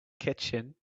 kitchen